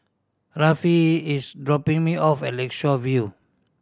Rafe is dropping me off at Lakeshore View